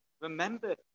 Remember